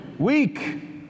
weak